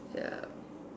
ya